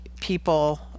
people